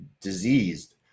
diseased